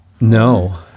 No